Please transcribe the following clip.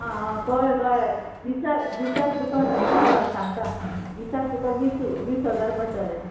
आं कळें कळ्ळें दिसाक दिसाक तुका राव सांगता दिसाक तुका वीस वीस हजार पडटलें